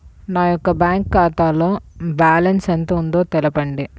నా యొక్క బ్యాంక్ ఖాతాలో బ్యాలెన్స్ ఎంత ఉందో తెలపండి?